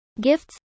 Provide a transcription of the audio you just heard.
gifts